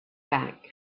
back